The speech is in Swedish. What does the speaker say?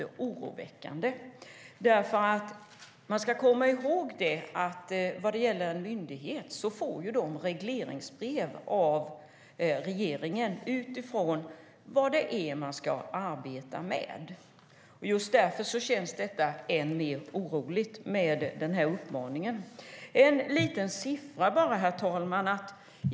Man ska komma ihåg att en myndighet får regleringsbrev av regeringen om vad det är den ska arbeta med. Därför känns den här uppmaningen än mer oroväckande. Jag har några siffror, herr talman.